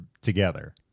together